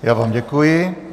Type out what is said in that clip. Já vám děkuji.